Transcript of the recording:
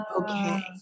okay